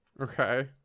Okay